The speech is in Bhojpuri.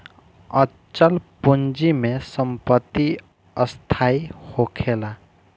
अचल पूंजी में संपत्ति स्थाई होखेला